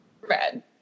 red